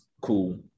cool